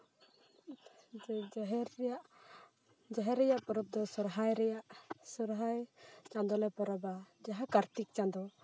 ᱡᱟᱦᱮᱨ ᱨᱮᱭᱟᱜ ᱡᱟᱦᱮᱨ ᱨᱮᱭᱟᱜ ᱯᱚᱨᱚᱵᱽ ᱫᱚ ᱥᱚᱨᱦᱟᱭ ᱨᱮᱭᱟᱜ ᱥᱚᱨᱦᱟᱭ ᱪᱟᱸᱫᱳᱞᱮ ᱯᱚᱨᱚᱵᱟ ᱡᱟᱦᱟᱸ ᱠᱟᱨᱛᱤᱠ ᱪᱟᱸᱫᱳ